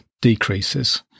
decreases